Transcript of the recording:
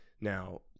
now